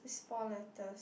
is four letters